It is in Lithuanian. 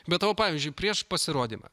bet o pavyzdžiui prieš pasirodymą